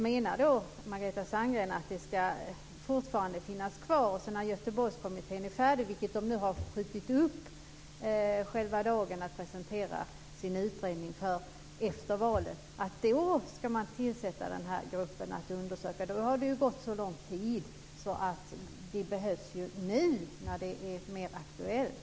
Menar då Margareta Sandgren att det här fortfarande ska finnas kvar så att när Göteborgskommittén är färdig, och nu har de skjutit upp dagen för att presentera sin utredning till efter valet, då ska man tillsätta gruppen som ska undersöka? Då har det gått lång tid. De behövs nu, när det är mer aktuellt.